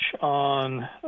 on